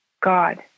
God